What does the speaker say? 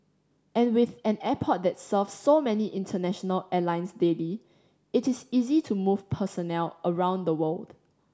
and with an airport that serves so many international airlines daily it is easy to move personnel around the world